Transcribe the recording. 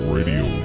Radio